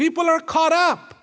people are caught up